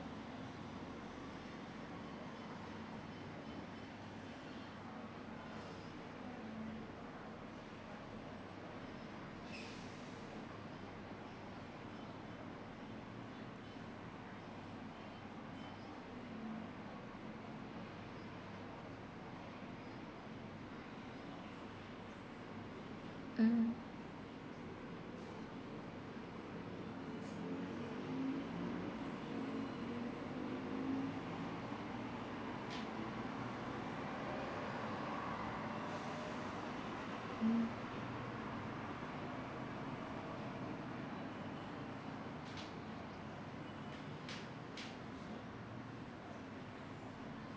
mm mm